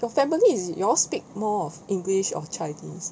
your family is you all speak more of english or chinese